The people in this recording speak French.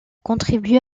contribué